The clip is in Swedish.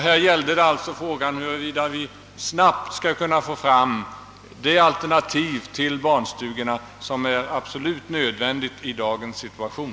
Det gäller alltså om vi snabbt skall kunna få fram det alternativ till barnstugorna som är absolut nödvändigt i dagens läge.